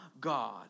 God